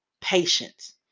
patience